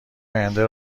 آینده